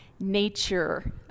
nature